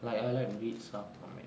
like I like to read stuff from it